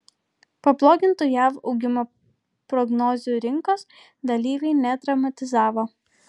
pablogintų jav augimo prognozių rinkos dalyviai nedramatizavo